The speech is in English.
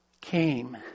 came